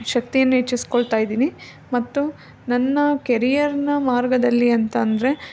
ಶಕ್ತಿಯನ್ನ ಹೆಚ್ಚಿಸಿಕೊಳ್ತಾ ಇದ್ದೀನಿ ಮತ್ತು ನನ್ನ ಕೆರಿಯರ್ನ ಮಾರ್ಗದಲ್ಲಿ ಅಂತ ಅಂದರೆ